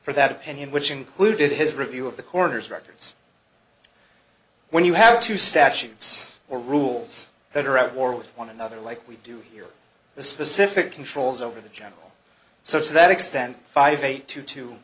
for that opinion which included his review of the coroner's records when you have two statutes or rules that are at war with one another like we do here the specific controls over the journal so to that extent five eight two two